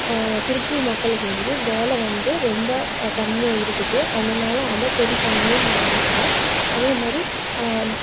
திருப்பூர் மக்களுக்கு வந்து வேலை வந்து ரொம்ப கம்மியாக இருக்குது அதனால அதை சரி பண்ணணும்னு நான் நினைக்கிறேன் அதேமாதிரி